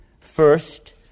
First